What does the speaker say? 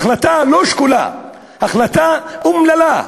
החלטה לא שקולה, החלטה אומללה,